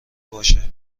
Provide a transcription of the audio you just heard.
باشه